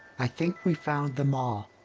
i think we found them all.